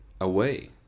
away